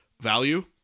value